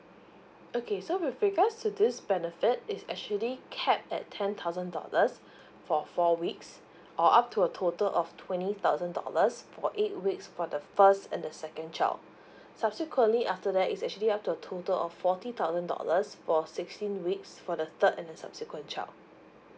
okay so with regards to this benefit is actually capped at ten thousand dollars for four weeks or up to a total of twenty thousand dollars for eight weeks for the first and the second child subsequently after that is actually up to a total of forty thousand dollars for sixteen weeks for the third and subsequent child